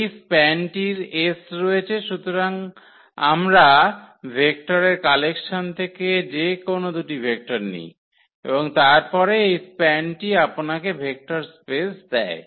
এই স্প্যানটির 𝑆 রয়েছে সুতরাং আমরা ভেক্টরের কালেকশন থেকে যেকোনও দুটি ভেক্টর নিই এবং তারপরে এর স্প্যানটি আপনাকে ভেক্টর স্পেস দেয়